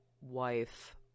wife